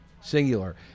Singular